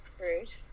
Rude